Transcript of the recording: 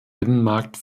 binnenmarkt